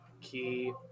key